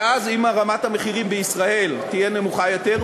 ואז אם רמת המחירים בישראל תהיה נמוכה יותר,